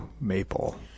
maple